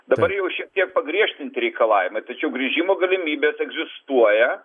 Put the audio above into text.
dabar jau šiek tiek pagriežtinti reikalavimai tačiau grįžimo galimybės egzistuoja